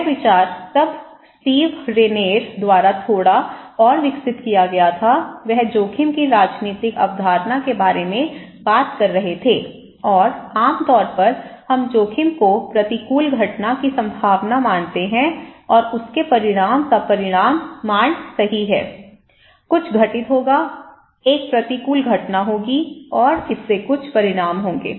यह विचार तब स्टीव रेनेर द्वारा थोड़ा और विकसित किया गया था वह जोखिम की राजनीतिक अवधारणा के बारे में बात कर रहे थे और आम तौर पर हम जोखिम को प्रतिकूल घटना की संभावना मानते हैं और उसके परिणाम का परिमाण सही है कुछ घटित होगा एक प्रतिकूल घटना होगी और इसके कुछ परिणाम होंगे